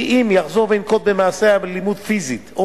שאם יחזור וינקוט מעשה אלימות פיזית או